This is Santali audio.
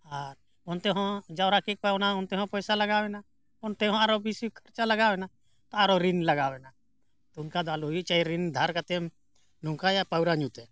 ᱟᱨ ᱚᱱᱛᱮ ᱦᱚᱸ ᱡᱟᱣᱨᱟ ᱠᱮᱫ ᱠᱚᱣᱟ ᱚᱱᱟ ᱚᱱᱛᱮ ᱦᱚᱸ ᱯᱚᱭᱥᱟ ᱞᱟᱜᱟᱣᱮᱱᱟ ᱚᱱᱛᱮ ᱦᱚᱸ ᱟᱨᱚ ᱵᱮᱥᱤ ᱠᱷᱚᱨᱪᱟ ᱞᱟᱜᱟᱣᱮᱱᱟ ᱛᱚ ᱟᱨᱚ ᱨᱤᱱ ᱞᱟᱜᱟᱣᱮᱱᱟ ᱛᱚ ᱚᱱᱠᱟ ᱫᱚ ᱟᱞᱚ ᱦᱩᱭ ᱪᱟᱭ ᱨᱤᱱ ᱫᱷᱟᱨ ᱠᱟᱛᱮᱢ ᱱᱚᱝᱠᱟᱭᱟ ᱯᱟᱹᱣᱨᱟᱹ ᱧᱩᱛᱮ